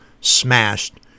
smashed